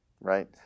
right